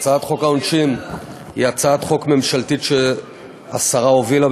הצעת חוק העונשין היא הצעת חוק ממשלתית שהשרה הובילה,